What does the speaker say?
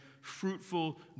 fruitful